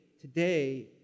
today